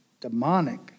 demonic